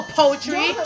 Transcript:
poetry